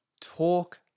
Talk